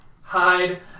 hide